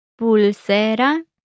Pulsera